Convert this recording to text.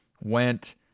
went